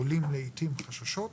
עולים לעיתים חששות,